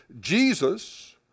Jesus